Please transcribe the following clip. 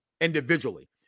individually